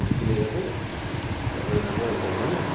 phone किनेको थिएँ सबैले राम्रै हुन्छ भन्यो